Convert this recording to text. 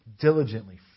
Diligently